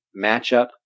matchup